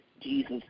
Jesus